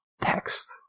text